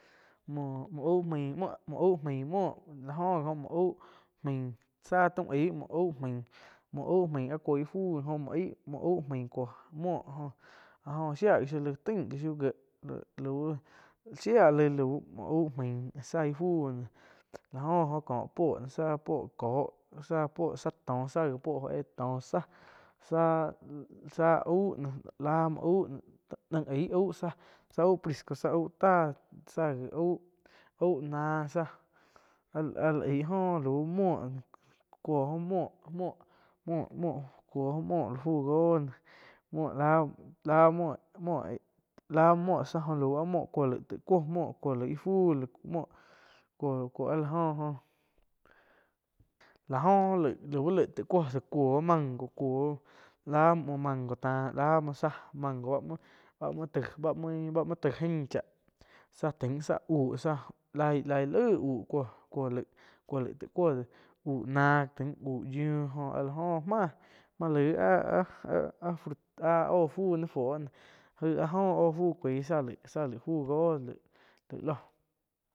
Muoh, auh main, muoh auh main muoh, láh oh gi oh muoh au main záh taum muoh au main, muoh au main áh kuoh íh fu, jóh muo ai muoh main kuoh muoh góh áh joh shia gi shiu laig, shiá gi shiuh gieh, shia laih lau muoh au main záh ih fuu no, láh go gi oh kóh záh puoh kóh, záh puoh záh toh záh puoh óh éh tóh záh, záh-záh au láh muoh au noh naih aíh au záh, záh au prisco záh au táh, záh gi auh náh záh áh la aih. Joh lau úh muo cuoh oh muoh, muoh cuo oh muho fu góh muoh la muoh-la muoh-la muoh záh, muoh cuoh laih taig cuoh muoh cuoh laig ih fu loh. Cuo-cuo áh la go óh. lá oh oh laig, laig taig kuoh, kuoh mango kuo láh muoh muooh, láh muoh muoh mango táh muh záh mango báh, muoh bá muo taih ain cháh, záh tain záh úh laig-laig laíh cuo-cuo laig taih kuo de úh náh tain uh yiuh joh áh la joh máh joh laih áh-áh, áh oh fúh nain fuo noh áh joh óh fu cuaih záh, laig fu goh laih lóh.